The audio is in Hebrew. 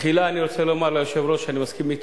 תחילה אני רוצה לומר ליושב-ראש שאני מסכים אתו.